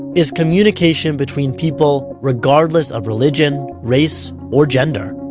is communication between people regardless of religion, race or gender.